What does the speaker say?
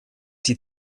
die